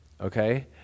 okay